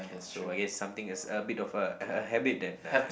so I guess something is a bit of a a habit that uh